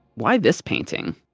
why this painting?